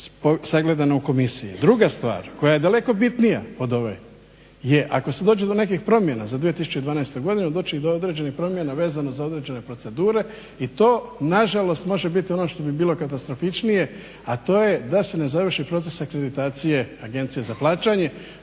sagledano u komisiji. Druga stvar koja je daleko bitnija od ove je ako se dođe do nekih promjena za 2012.godinu doći će i do određenih promjena vezano za određene procedure i to nažalost može biti ono što bi bilo katasrofičnije, a to je da se ne završi proces akreditacije agencije za plaćanje.